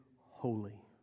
holy